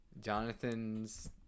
Jonathan's